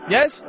Yes